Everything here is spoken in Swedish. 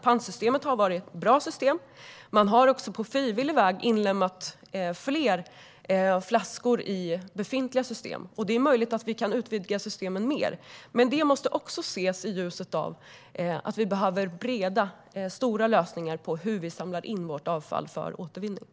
Pantsystemet har varit ett bra system, och man har även på frivillig väg inlemmat fler flaskor i befintliga system. Det är möjligt att vi kan utvidga systemen mer, men detta måste också ses i ljuset av att vi behöver breda, stora lösningar på hur vi samlar in vårt avfall för återvinning.